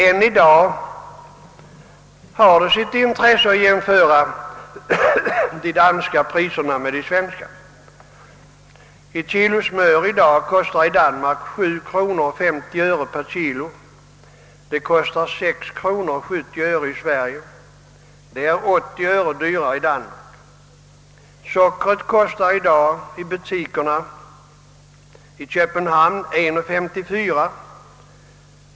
Än i dag har det sitt intresse att jämföra de danska priserna med de svenska. Ett kilo smör kostar i Danmark i dag kr. 7:50 per kilo. I Sverige kostar det kr. 6: 70 och är alltså 80 öre billigare än i Danmark. Sockret kostar i dag i butikerna i Köpenhamn 1:54 kronor.